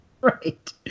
Right